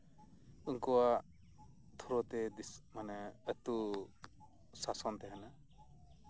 ᱩᱱᱠᱩᱣᱟᱜ ᱛᱷᱨᱳᱛᱮ ᱢᱟᱱᱮ ᱟᱹᱛᱳ ᱥᱟᱥᱚᱱ ᱛᱟᱦᱮᱸᱱᱟ